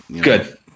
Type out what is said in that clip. Good